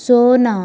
ଶୂନ